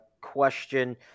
question